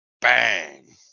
bang